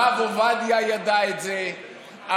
הרב עובדיה ידע את זה,